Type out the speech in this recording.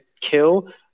kill